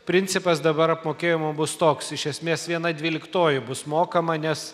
principas dabar apmokėjimo bus toks iš esmės viena dvyliktoji bus mokama nes